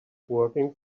working